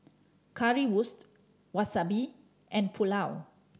Currywurst Wasabi and Pulao